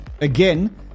again